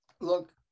Look